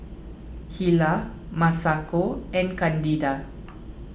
Hilah Masako and Candida